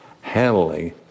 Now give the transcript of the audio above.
Handling